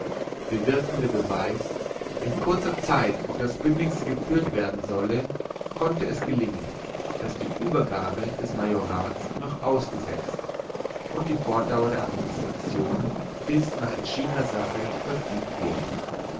bewirkende beweis in kurzer zeit auf das bündigste geführt werden solle konnte es gelingen daß die übergabe des majorats noch ausgesetzt und die fortdauer der administration bis nach entschiedener sache verfügt wurde